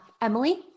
Emily